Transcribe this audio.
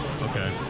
Okay